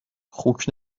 خوک